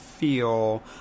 feel